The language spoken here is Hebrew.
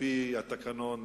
על-פי התקנון,